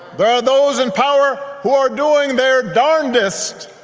there are those in power who are doing their darndest